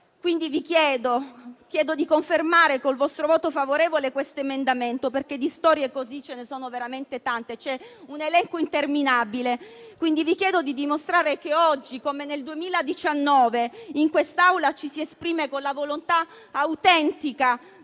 quindi, di approvare col vostro voto favorevole questo emendamento, perché di storie così ce ne sono veramente tante, un elenco interminabile. Vi chiedo di dimostrare che oggi, come nel 2019, in quest'Aula ci si esprime con la volontà autentica